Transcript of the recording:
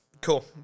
Cool